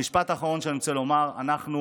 המשפט האחרון שאני רוצה לומר: אנחנו